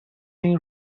این